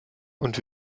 und